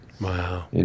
Wow